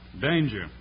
Danger